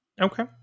Okay